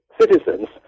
citizens